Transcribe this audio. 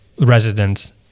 residents